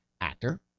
actor